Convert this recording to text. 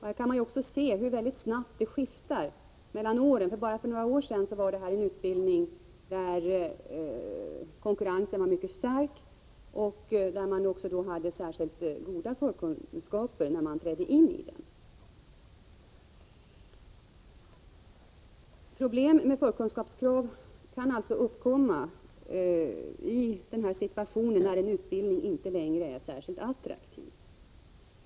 Här kan man se hur snabbt det skiftar, ty för bara några år sedan var detta en utbildning där konkurrensen var mycket stark och där de studerande också hade särskilt goda förkunskaper när de trädde in i utbildningen. Problem med förkunskapskrav kan alltså uppkomma när en utbildning inte längre är — Nr 98 särskilt attraktiv.